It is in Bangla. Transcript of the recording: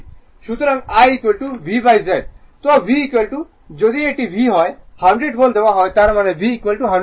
সুতরাং I VZ তো V যদি এটি V হয় 100 ভোল্ট দেওয়া হয় মানে V 100 ভোল্ট